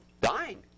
dying